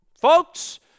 folks